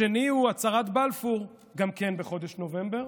השני הוא הצהרת בלפור, גם כן בחודש נובמבר,